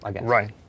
Right